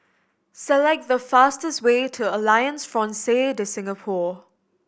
select the fastest way to Alliance Francaise De Singapour